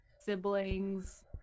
siblings